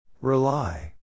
Rely